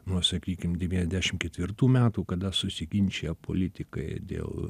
nuo sakykim devyniasdešimt ketvirtų metų kada susiginčija politikai dėl